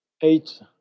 eight